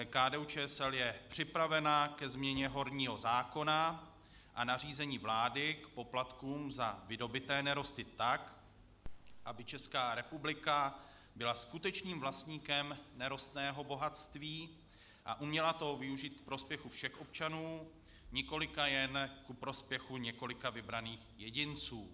KDUČSL je připravena ke změně horního zákona a nařízení vlády k poplatkům za vydobyté nerosty tak, aby Česká republika byla skutečným vlastníkem nerostného bohatství a uměla toho využít k prospěchu všech občanů, nikoliv jen ku prospěchu několika vybraných jedinců.